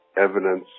evidence